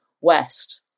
West